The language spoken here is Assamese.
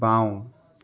বাওঁ